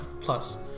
plus